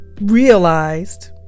realized